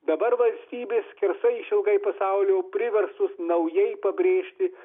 dabar valstybės skersai išilgai pasaulio priverstos naujai pabrėžti